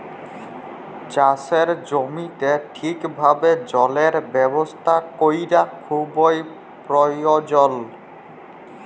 চাষের জমিতে ঠিকভাবে জলের ব্যবস্থা ক্যরা খুবই পরয়োজল